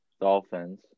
Dolphins